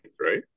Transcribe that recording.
right